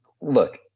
Look